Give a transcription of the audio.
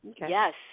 yes